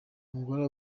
umugore